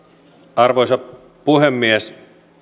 arvoisa puhemies